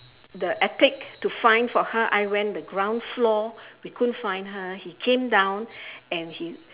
the attic to find for her I went the ground floor we couldn't find her he came down and he